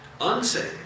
unsaved